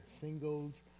Singles